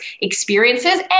experiences